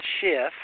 shift